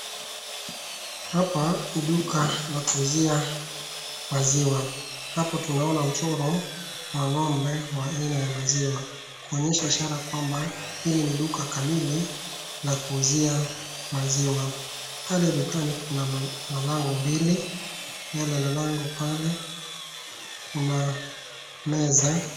Hapa ni duka la kuuzia maziwa. Hapo tunaona mchoro wa ng'ombe wa aina ya maziwa kuonyesha ishara kwamba hili ni duka kamili la kuuzia maziwa. Pale dukani kuna malango mbili, mbele la lango pale kuna meza.